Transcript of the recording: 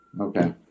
Okay